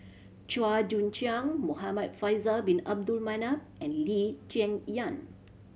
Chua Joon Siang Muhamad Faisal Bin Abdul Manap and Lee Cheng Yan